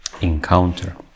encounter